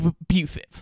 abusive